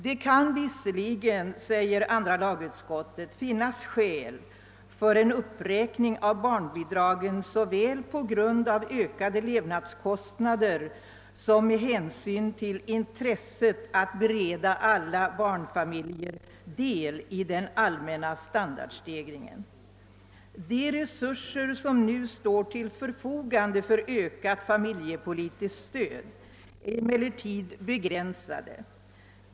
Det kan visserligen», säger andra lagutskottet, »finnas skäl för en uppräkning av barnbidragen såväl på grund av ökade levnadskostnader som med hänsyn till intresset att bereda alla barnfamiljer del i den allmänna standardstegringen. De resurser som nu står till förfogande för ökat familjepolitiskt stöd är emellertid begränsade.